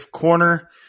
corner –